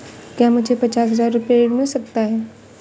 क्या मुझे पचास हजार रूपए ऋण मिल सकता है?